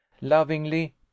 lovingly